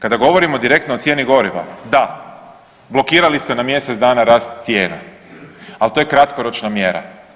Kada govorimo direktno o cijeni goriva, da, blokirali ste na mjesec dana rast cijena, ali to je kratkoročna mjera.